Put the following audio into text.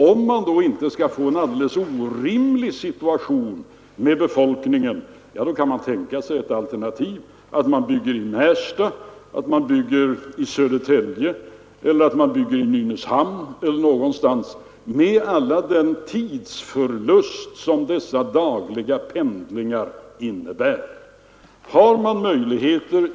Om man då inte skall få en alldeles orimlig situation för invånarna, kan man i stället tänka sig alternativet att bygga i Märsta, i Södertälje, i Nynäshamn eller på någon liknande plats, med hela den tidsförlust som de dagliga pendlingarna skulle medföra.